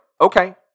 Okay